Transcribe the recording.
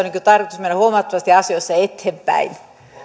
on tarkoitus mennä huomattavasti asioissa eteenpäin